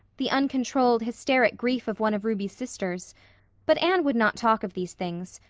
the uncontrolled, hysteric grief of one of ruby's sisters but anne would not talk of these things.